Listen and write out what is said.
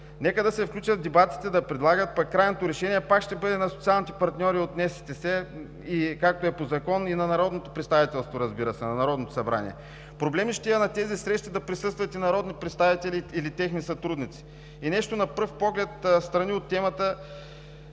Нека да се включат в дебатите, да предлагат, пък крайното решение пак ще бъде на социалните партньори от Националния съвет за тристранно сътрудничество и, както е по закон, на народното представителство, разбира се, на Народното събрание. Проблем ли ще е на тези срещи да присъстват и народни представители или техни сътрудници?! И нещо на пръв поглед – встрани от темата.